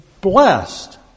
blessed